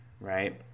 right